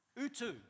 Utu